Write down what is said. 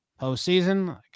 postseason